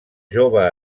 jove